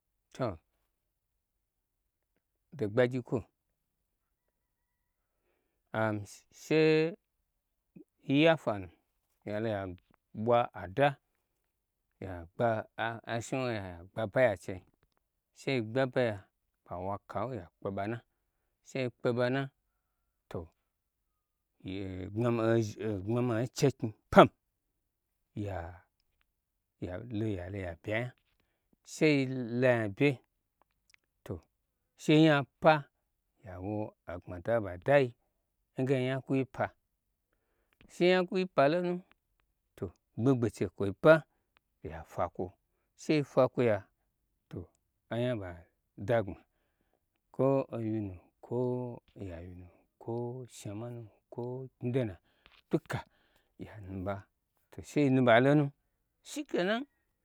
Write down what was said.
To she yiya fwanu yalo ya ɓwa ada yagbe ashniwna ya ya pbe abaya n chei sheyi gbe abaya kwo a wa kawu ya kpe ɓa na, sheyi kpe ɓana to eegbma mai chei kanyi pom yalo ya bye anya shei lanya bye to she nya pa yawo agbmada ɓa dayi nge onya kwuyi pa shenya kwuyi palonu to gbegbe che kwoi paya fwa kwo shei fwa kwo ya anya ɓa dagbma kwo owyi nu kwo ya wyi nu kwo shnamanu kwo knyi dona duka ya nu ɓa to sheyi nuɓa lonu shike nan.